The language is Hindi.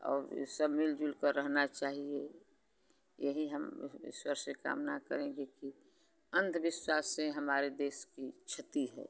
और ये सब मिल जुलकर रहना चाहिए यही हम उस ईश्वर से कामना करेंगे कि अंधविश्वास से हमारे देश की क्षति है